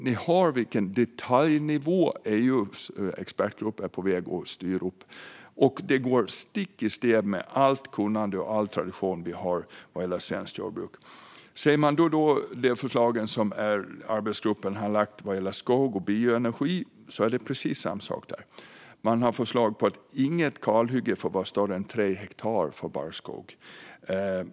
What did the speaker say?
Ni hör alltså vilken detaljnivå som EU:s expertgrupp är på väg att styra upp. Det går stick i stäv mot allt kunnande och all tradition vi har vad gäller svenskt jordbruk. När man tittar på förslagen som arbetsgruppen har lagt fram om skog och bioenergi ser man att det är precis samma sak där. Man har förslag på att inget kalhygge får vara större än 3 hektar för barrskog.